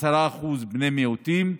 10% בני מיעוטים,